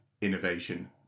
innovation